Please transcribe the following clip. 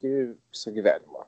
iki viso gyvenimo